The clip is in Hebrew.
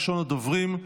ראשון הדוברים,